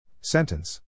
Sentence